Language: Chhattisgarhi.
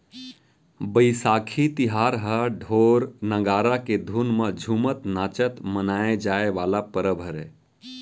बइसाखी तिहार ह ढोर, नंगारा के धुन म झुमत नाचत मनाए जाए वाला परब हरय